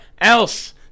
else